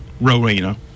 Rowena